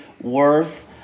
worth